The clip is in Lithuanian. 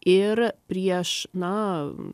ir prieš na